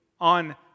on